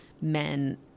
men